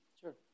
Sure